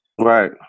Right